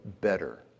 better